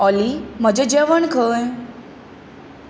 ऑली म्हजें जेवण खंय